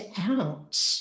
out